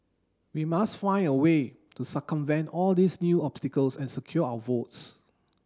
we must find a way to circumvent all these new obstacles and secure our votes